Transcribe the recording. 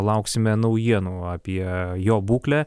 lauksime naujienų apie jo būklę